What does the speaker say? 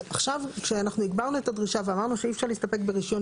אז עכשיו כשאנחנו הגברנו את הדרישה ואמרנו שאי אפשר להסתפק ברישיון